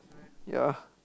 ya